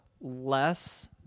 less